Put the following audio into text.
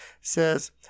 says